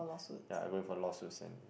ya I go with a lost Shu-Xian